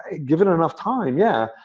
given enough time, yeah.